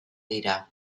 dira